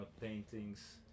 paintings